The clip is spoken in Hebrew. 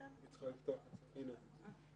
אפרת?